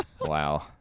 Wow